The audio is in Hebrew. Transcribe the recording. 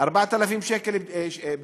4,000 שקל.